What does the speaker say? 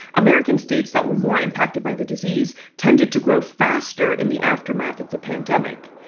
american states that were more impacted by the disease tended to grow faster in the aftermath of the pandemic.